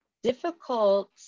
difficult